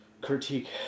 critique